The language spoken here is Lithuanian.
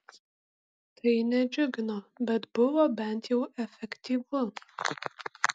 tai nedžiugino bet buvo bent jau efektyvu